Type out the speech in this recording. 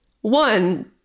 one